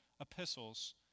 epistles